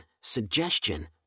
suggestion